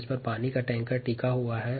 lorry पर पानी का टैंकर टिका होता है